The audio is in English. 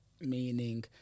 meaning